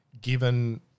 given